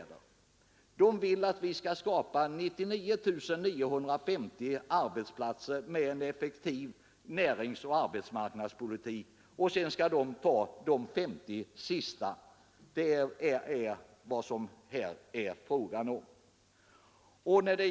Centerpartisterna vill att vi skall skapa 99 950 arbetsplatser genom en effektiv arbetsmarknadspolitik, och sedan skall de sörja för de 50 sista. Det är vad det är fråga om.